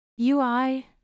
UI